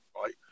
right